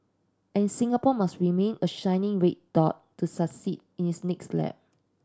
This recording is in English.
and Singapore must remain a shining red dot to succeed in its next lap